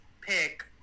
pick